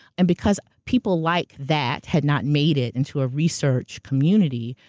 and because people like that had not made it into a research community,